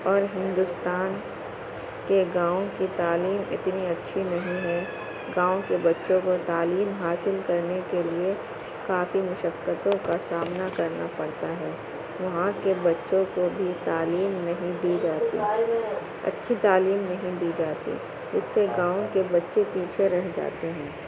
اور ہندوستان کے گاؤں کی تعلیم اتنی اچھی نہیں ہے گاؤں کے بچوں کو تعلیم حاصل کرنے کے لیے کافی مشقتوں کا سامنا کرنا پڑتا ہے وہاں کے بچوں کو بھی تعلیم ںہیں دی جاتی اچھی تعلیم نہیں دی جاتی اس سے گاؤں کے بچے پیچھے رہ جاتے ہیں